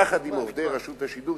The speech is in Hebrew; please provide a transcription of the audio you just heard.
יחד עם עובדי רשות השידור,